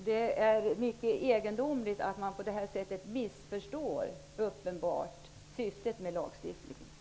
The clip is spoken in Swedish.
Det är mycket egendomligt att man uppenbarligen missförstår syftet med den föreslagna lagstiftningen.